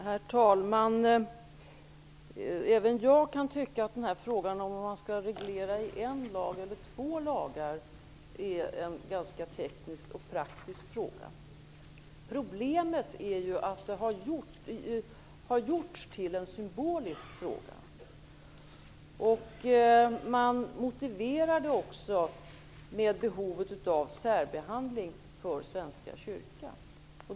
Herr talman! Även jag kan tycka att den här frågan om huruvida man skall reglera i en lag eller i två lagar är en ganska teknisk och praktisk fråga. Problemet är ju att frågan har gjorts till en symbolisk fråga. Man motiverar det med behovet av särbehandling för Svenska kyrkan.